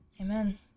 amen